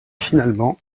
finalement